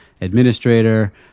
administrator